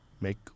make